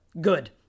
Good